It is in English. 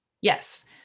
Yes